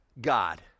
God